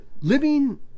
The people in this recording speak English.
living